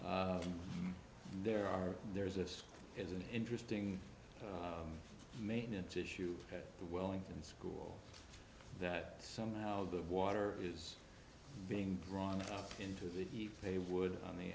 there are there is this is an interesting maintenance issue the wellington school that somehow the water is being drawn into the they would on the